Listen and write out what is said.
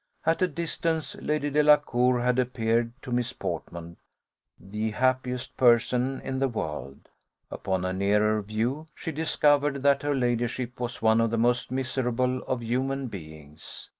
at a distance, lady delacour had appeared to miss portman the happiest person in the world upon a nearer view, she discovered that her ladyship was one of the most miserable of human beings.